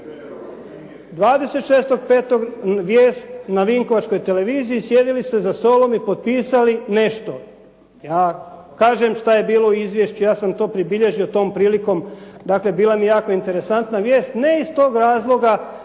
26.5. vijest na vinkovačkoj televiziji, sjedili ste za stolom i potpisali nešto. Ja kažem što je bilo u izvješću. Ja sam to pribilježio tom prilikom. Dakle, bila mi je jako interesantna vijest ne iz tog razloga